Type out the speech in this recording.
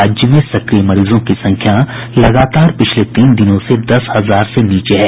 राज्य में सक्रिय मरीजों की संख्या लगातार पिछले तीन दिनों से दस हजार से नीचे है